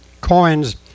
coins